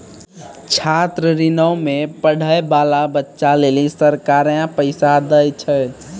छात्र ऋणो मे पढ़ै बाला बच्चा लेली सरकारें पैसा दै छै